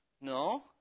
no